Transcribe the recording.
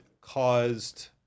caused